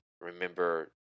remember